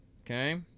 Okay